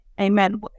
Amen